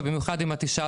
ובמיוחד אם אתה אישה,